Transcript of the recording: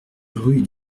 rue